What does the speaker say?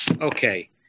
Okay